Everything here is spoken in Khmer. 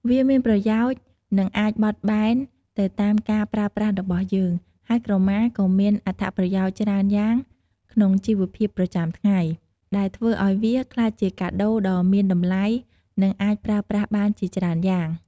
វាមានប្រយោជន៍ និងអាចបត់បែនទៅតាមការប្រើប្រាស់របស់យើង ហើយក្រមាក៏មានអត្ថប្រយោជន៍ច្រើនយ៉ាងក្នុងជីវភាពប្រចាំថ្ងៃ ដែលធ្វើឲ្យវាក្លាយជាកាដូដ៏មានតម្លៃ និងអាចប្រើប្រាស់បានជាច្រើនយ៉ាង។